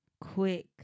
quick